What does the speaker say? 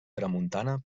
tramuntana